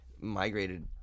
migrated